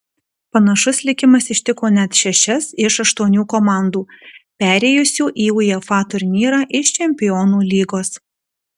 panašus likimas ištiko net šešias iš aštuonių komandų perėjusių į uefa turnyrą iš čempionų lygos